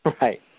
Right